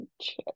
check